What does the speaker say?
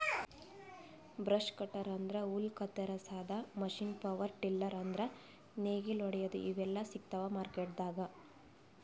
brush cutter ಅಂದ್ರ ಹುಲ್ಲ್ ಕತ್ತರಸಾದ್ ಮಷೀನ್ ಪವರ್ ಟಿಲ್ಲರ್ ಅಂದ್ರ್ ನೇಗಿಲ್ ಹೊಡ್ಯಾದು ಇವೆಲ್ಲಾ ಸಿಗ್ತಾವ್ ಮಾರ್ಕೆಟ್ದಾಗ್